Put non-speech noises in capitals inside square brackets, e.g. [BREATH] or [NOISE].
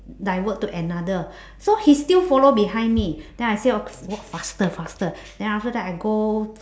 divert to another [BREATH] so he still follow behind me [BREATH] then I say oh walk faster faster [BREATH] then after that I go [BREATH]